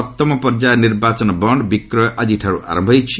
ସପ୍ତମ ପର୍ଯ୍ୟାୟ ନିର୍ବାଚନ ବଣ୍ଡ ବିକ୍ରୟ ଆକ୍ରିଠାରୁ ଆରମ୍ଭ ହୋଇଛି